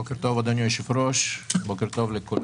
בוקר טוב, אדוני היושב-ראש, בוקר טוב לכולם.